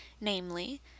namely